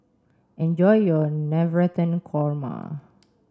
enjoy your Navratan Korma